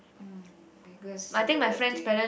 mm biggest similarity